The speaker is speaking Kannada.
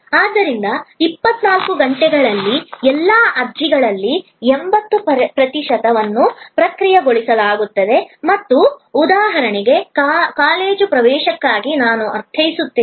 ಆದ್ದರಿಂದ 24 ಗಂಟೆಗಳಲ್ಲಿ ಎಲ್ಲಾ ಅರ್ಜಿಗಳಲ್ಲಿ 80 ಪ್ರತಿಶತವನ್ನು ಪ್ರಕ್ರಿಯೆಗೊಳಿಸಲಾಗುತ್ತದೆ ಮತ್ತು ಉದಾಹರಣೆಗೆ ಕಾಲೇಜು ಪ್ರವೇಶಕ್ಕಾಗಿ ನಾನು ಅರ್ಥೈಸುತ್ತೇನೆ